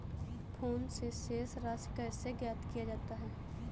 Phone से शेष राशि कैसे ज्ञात किया जाता है?